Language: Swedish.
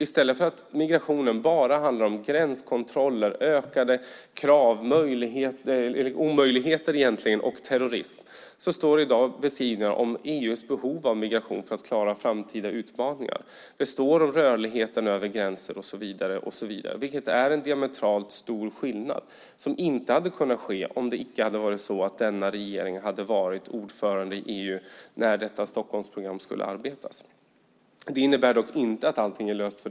I stället för att migrationen bara handlar om gränskontroller, ökade krav och möjligheter, eller egentligen omöjligheter, och terrorism finns det i dag beskrivningar av EU:s behov av migration för att klara framtida utmaningar, det står om rörligheten över gränser och så vidare. Detta är en diametralt stor skillnad. Detta hade inte kunnat ske om det inte hade varit så att denna regering hade varit ordförande i EU när detta Stockholmsprogram skulle utarbetas. Det innebär dock inte att allting är löst.